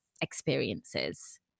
experiences